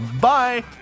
Bye